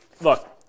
look